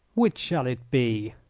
which shall it be?